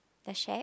a shared